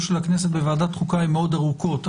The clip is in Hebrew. של הכנסת בוועדת חוקה הן מאוד ארוכות,